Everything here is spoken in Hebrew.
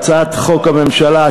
הצעות חוק הממשלה,